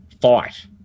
fight